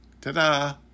ta-da